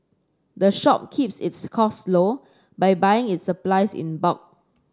the shop keeps its costs low by buying its supplies in bulk